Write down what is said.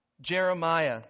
Jeremiah